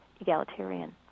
egalitarian